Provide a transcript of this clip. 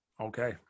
Okay